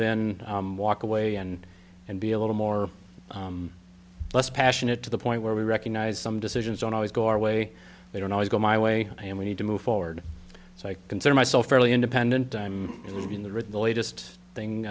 then walk away and be a little more less passionate to the point where we recognize some decisions don't always go our way they don't always go my way and we need to move forward so i consider myself early independent i'm in the right the latest thing